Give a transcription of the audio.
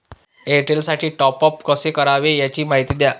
एअरटेलसाठी टॉपअप कसे करावे? याची माहिती द्या